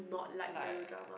like